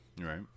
right